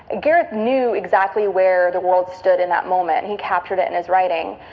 ah gareth knew exactly where the world stood in that moment he captured it in his writing.